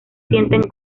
sienten